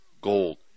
gold